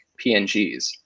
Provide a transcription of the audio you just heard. PNGs